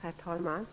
Herr talman!